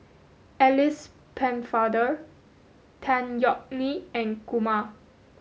Alice Pennefather Tan Yeok Nee and Kumar